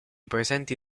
presenti